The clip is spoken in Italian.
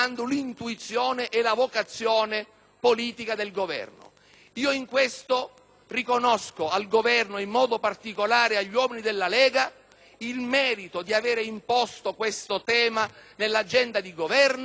In questo riconosco all'Esecutivo, ed in modo particolare agli uomini della Lega, il merito di avere imposto questo tema nell'agenda di Governo, anche perché sollecitato dalle tensioni,